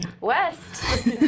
west